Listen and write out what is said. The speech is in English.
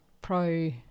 pro